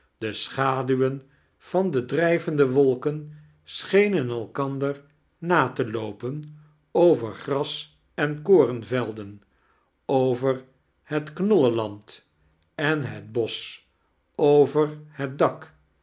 de schaduwen van de drijvende wolken schenen elkander na te loopen over gras en korenvelden over het knollenland en het bosch over het dak